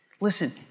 Listen